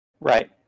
Right